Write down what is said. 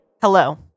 Hello